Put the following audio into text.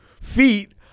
Feet